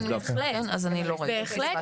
אני לא ראיתי.